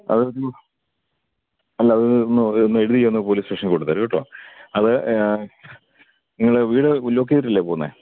അതൊന്നുമല്ല അത് ഒന്ന് ഒന്ന് എഴുതിയൊന്ന് പോലീസ് സ്റ്റേഷനിൽ കൊടുത്തേര് കേട്ടോ അത് നിങ്ങൾ വീട് ലോക്ക് ചെയ്തിട്ടല്ലേ പോകുന്നത്